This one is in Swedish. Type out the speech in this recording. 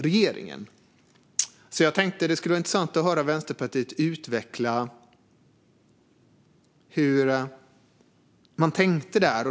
Det skulle vara intressant att höra Vänsterpartiet utveckla hur man tänkte där.